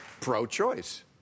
pro-choice